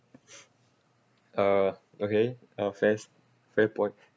uh okay uh fairs fair point